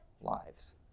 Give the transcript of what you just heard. lives